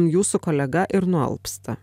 jūsų kolega ir nualpsta